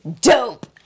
dope